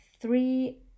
three